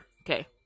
Okay